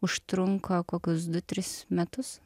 užtrunka kokius du tris metus